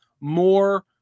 more